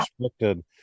expected